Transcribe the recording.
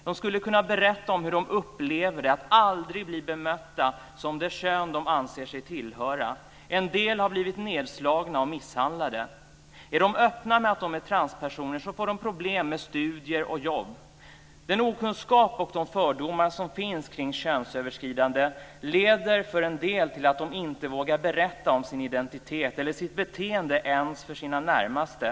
De skulle kunna berätta om hur de upplever det att aldrig bli bemötta som det kön de anser sig tillhöra. En del har blivit nedslagna och misshandlade. Är de öppna med att de är transpersoner får de problem med studier och jobb. Den okunskap och de fördomar som finns kring könsöverskridande leder för en del till att de inte vågar berätta om sin identitet eller sitt beteende ens för sina närmaste.